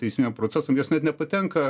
teisminiam procesam jos net nepatenka